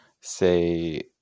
say